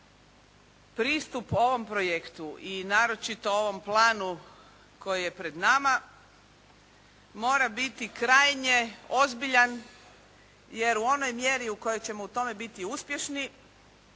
pristup ovom projektu i naročito ovom planu koji je pred nama mora biti krajnje ozbiljan jer u onoj mjeri u kojoj ćemo u tome biti uspješni